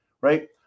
right